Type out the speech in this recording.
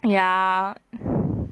ya